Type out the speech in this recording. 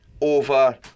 over